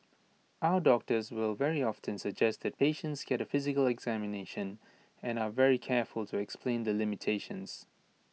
our doctors will very often suggest that patients get A physical examination and are very careful to explain the limitations